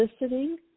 listening